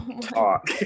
talk